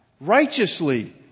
righteously